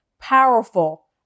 powerful